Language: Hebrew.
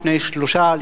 לפני שלושה שבועות,